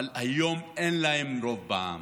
אבל היום אין להם רוב בעם.